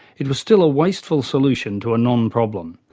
it was still a wasteful solution to a non-problem.